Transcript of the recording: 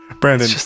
Brandon